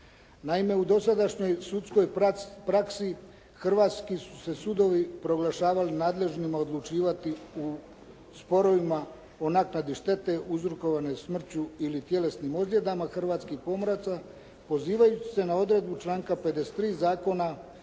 Naime u dosadašnjoj sudskoj praksi hrvatski su se sudovi proglašavali nadležnima odlučivati u sporovima o naknadi štete uzrokovane smrću ili tjelesnim ozljedama hrvatskih pomoraca pozivajući se na odredbu članka 53. Zakona o